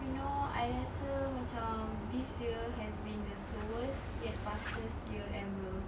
you know I rasa macam this year has been the slowest yet fastest year ever